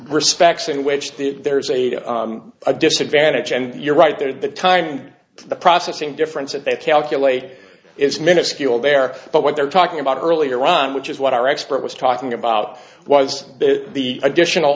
respects in which there's a a disadvantage and you're right there at the time the processing difference that they've calculated is miniscule there but what they're talking about earlier on which is what our expert was talking about was the additional